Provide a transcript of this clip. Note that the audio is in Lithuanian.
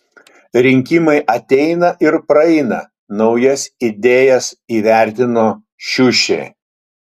rinkimai ateina ir praeina naujas idėjas įvertino šiušė